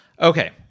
Okay